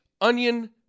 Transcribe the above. onion